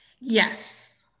Yes